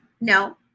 No